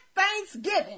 thanksgiving